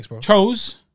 chose